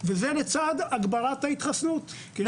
וזה לצד הגברת ההתחסנות, כן?